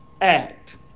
act